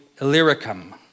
Illyricum